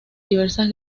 diversas